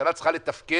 הממשלה צריכה לתפקד.